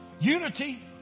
Unity